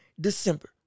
December